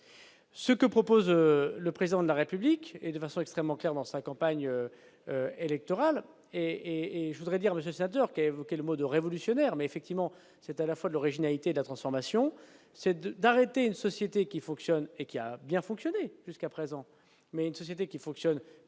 ce que propose le président de la République et de façon extrêmement claire dans sa campagne à et et je voudrais dire monsieur sénateur qui a évoqué le mot de révolutionnaire, mais effectivement, c'est à la fois l'originalité de la transformation, c'est de d'arrêter une société qui fonctionne et qui a bien fonctionné jusqu'à présent, mais une société qui fonctionne par